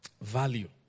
Value